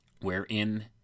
wherein